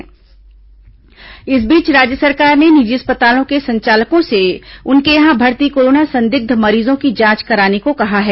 corona संदिग्ध जांच इस बीच राज्य सरकार ने निजी अस्पतालों के संचालकों से उनके यहां भर्ती कोरोना संदिग्ध मरीजों की जांच कराने को कहा है